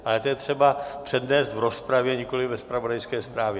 Ale to je třeba přednést v rozpravě, nikoliv ve zpravodajské zprávě.